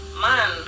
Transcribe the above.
man